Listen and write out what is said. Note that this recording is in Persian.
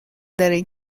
داره